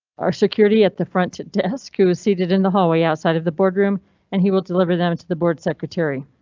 our security at the front desk who is seated in the hallway outside of the boardroom and he will deliver them to the board secretary.